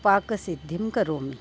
पाकसिद्धिं करोमि